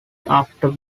after